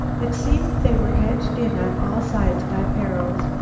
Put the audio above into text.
it seemed they were hedged in on all sides by perils.